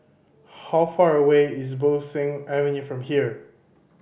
how far away is Bo Seng Avenue from here